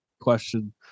question